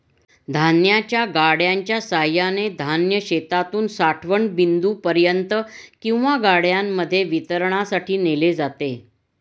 धान्याच्या गाड्यांच्या सहाय्याने धान्य शेतातून साठवण बिंदूपर्यंत किंवा गाड्यांमध्ये वितरणासाठी नेले जाते